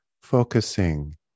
Focusing